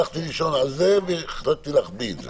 הלכתי לישון והחלטתי להחביא את זה.